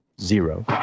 Zero